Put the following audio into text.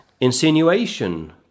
insinuation